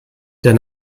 der